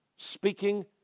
Speaking